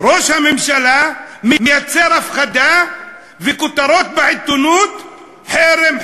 ראש הממשלה מייצר הפחדה וכותרות בעיתונות: חרם,